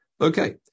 Okay